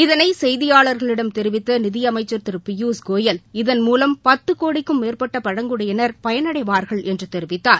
இதனை செய்தியாளர்களிடம் தெரிவித்த நிதி அமைச்சர் திரு பியூஷ் கோயல் இதன் மூலம் பத்து கோடிக்கும் மேற்பட்ட பழங்குடியினர் பயனடைவார்கள் என்று தெரிவித்தார்